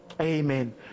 amen